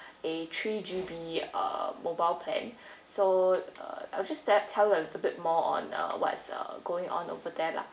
a three G_B uh mobile plan so uh I would just tell you a little bit more on uh what's going on over there lah